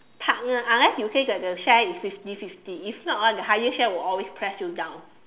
partner unless you say that the share is fifty fifty if not ah the higher share will always press you down